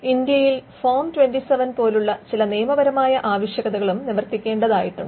ഇന്ത്യയിൽ ഫോം 27 പോലുള്ള ചില നിയമപരമായ ആവശ്യകതകളും നിവർത്തിക്കേണ്ടതായിട്ടുണ്ട്